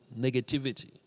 negativity